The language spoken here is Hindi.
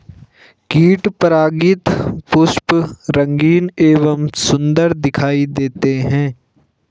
कीट परागित पुष्प रंगीन एवं सुन्दर दिखाई देते हैं